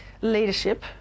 leadership